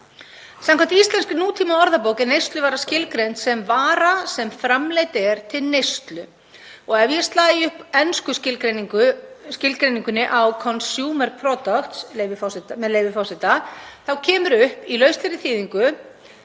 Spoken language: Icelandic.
Samkvæmt íslenskri nútímamálsorðabók er neysluvara skilgreind sem „vara sem framleidd er til neyslu“. Ef ég slægi upp ensku skilgreiningunni á „consumer products“, með leyfi forseta, kemur upp í lauslegri þýðingu